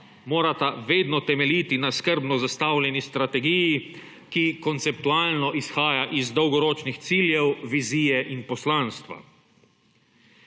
morata vedno temeljiti na skrbno zastavljeni strategiji, ki konceptualno izhaja iz dolgoročnih ciljev, vizije in poslanstva.